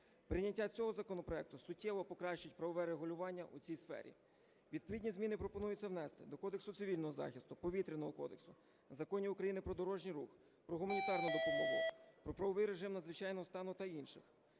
Прийняття цього законопроекту суттєво покращить правове регулювання у цій сфері. Відповідні зміни пропонується внести до Кодексу цивільного захисту, Повітряного кодексу, законів України "Про дорожній рух", "Про гуманітарну допомогу", "Про правовий режим надзвичайного стану" та інших.